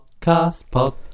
podcast